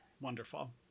Wonderful